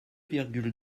virgule